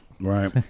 right